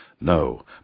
No